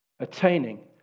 attaining